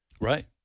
right